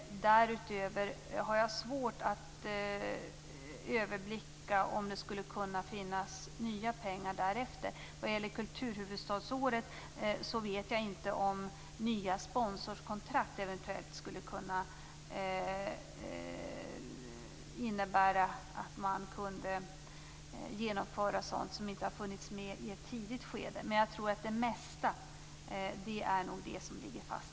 Jag har svårt att överblicka om det därefter skulle kunna finnas nya pengar. Vad gäller kulturhuvudstadsåret vet jag inte om nya sponsorkontrakt skulle kunna innebära att det gick att genomföra sådant som inte fanns med i ett tidigt skede. Jag tror att det mesta är sådant som redan i dag ligger fast.